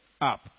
up